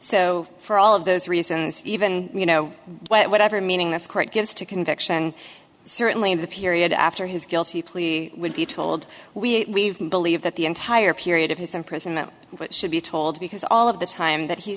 so for all of those reasons even you know whatever meaning this court gives to conviction certainly in the period after his guilty plea would be told we believe that the entire period of his imprisonment what should be told because all of the time